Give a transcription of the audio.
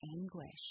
anguish